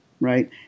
right